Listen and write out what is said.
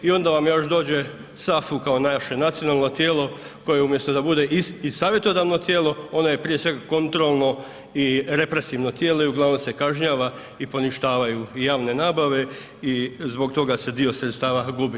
I onda vam još dođe SAFU kao naše nacionalno tijelo koje umjesto da bude i savjetodavno tijelo ono je prije svega kontrolno i represivno tijelo i uglavnom se kažnjava i poništavaju i javne nabave i zbog toga se dio sredstava gubi.